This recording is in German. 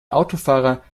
autofahrer